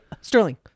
Sterling